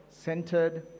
centered